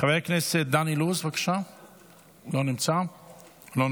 חבר הכנסת דן אילוז, אינו נוכח,